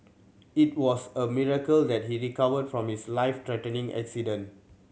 it was a miracle that he recovered from his life threatening accident